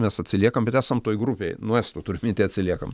mes atsiliekam bet esam toj grupėj nuo estų turiu minty atsiliekam